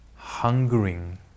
hungering